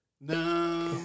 No